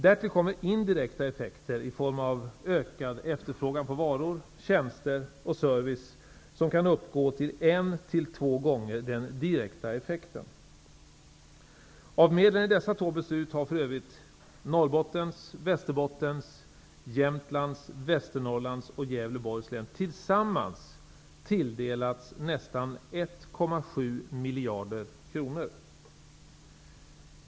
Därtill kommer indirekta effekter i form av ökad efterfrågan på varor, tjänster och service som kan uppgå till en till två gånger den direkta effekten. Av medlen i dessa två beslut har för övrigt Norrbottens, Västerbottens, Jämtlands, Västernorrlands och Gävleborgs län tillsammans tilldelats nästan 1,7 miljarder kronor.